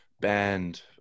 band